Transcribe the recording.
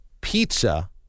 pizza